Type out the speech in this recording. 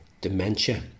dementia